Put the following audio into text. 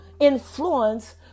influence